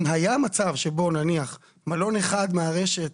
אם היה מצב שבו נניח מלון אחד מהרשת